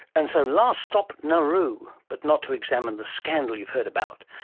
and so last stop nauru, but not to examine the scandal you've heard about.